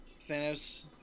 Thanos